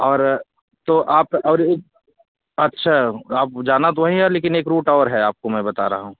और तो आप और एक अच्छे आप जाना तो वहीं है लेकिन एक रूट और है आपको मैं बता रहा हूँ